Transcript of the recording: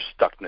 stuckness